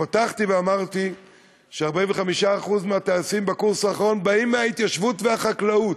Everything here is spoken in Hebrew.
פתחתי ואמרתי ש-45% מהטייסים בקורס האחרון באים מההתיישבות והחקלאות.